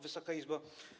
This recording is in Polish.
Wysoka Izbo!